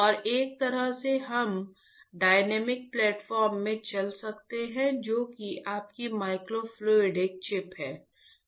और एक तरह से हम डायनेमिक प्लेटफार्म में चल सकते हैं जो कि आपकी माइक्रोफ्लूडिक चिप है